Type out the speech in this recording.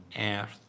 earth